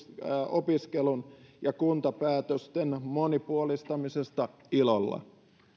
opiskelun ja kuntapäätösten monipuolistamisesta ilolla